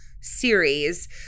series